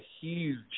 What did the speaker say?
huge